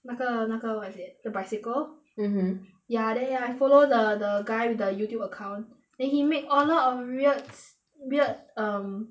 那个那个 what is it the bicycle mmhmm ya there I follow the the guy with the youtube account then he made a lot of weird weird um